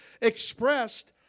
expressed